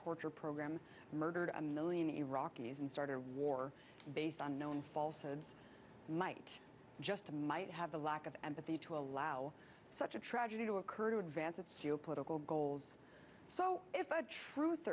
torture program murdered a million iraqis and started a war based on known falsehoods might just might have the lack of empathy to allow such a tragedy to occur to advance its geo political goals so